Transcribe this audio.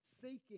seeking